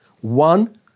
one